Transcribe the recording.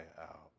out